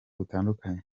butandukanye